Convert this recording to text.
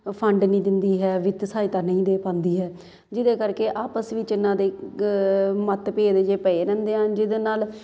ਅ fund ਨਹੀਂ ਦਿੰਦੀ ਹੈ ਵਿੱਤ ਸਹਾਇਤਾ ਨਹੀਂ ਦੇ ਪਾਉਂਦੀ ਹੈ ਜਿਹਦੇ ਕਰਕੇ ਆਪਸ ਵਿੱਚ ਇਹਨਾਂ ਦੇ ਗ ਮਤਭੇਦ ਜਿਹੇ ਪਏ ਰਹਿੰਦੇ ਹਨ ਜਿਹਦੇ ਨਾਲ